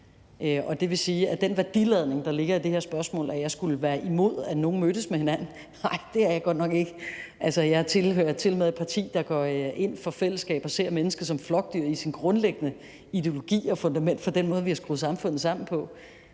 Og i forhold den værdiladning, der ligger i det her spørgsmål, om, at jeg skulle være imod, at nogen mødtes med hinanden: Nej, det er jeg godt nok ikke. Altså, jeg tilhører tilmed et parti, der går ind for fællesskab og ser mennesket som flokdyr i sin grundlæggende ideologi og som fundament for den måde, vi har skruet samfundet sammen på.